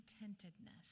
contentedness